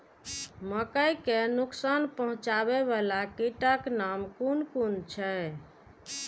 मके के नुकसान पहुँचावे वाला कीटक नाम कुन कुन छै?